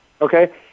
okay